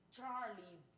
Charlie